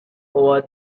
over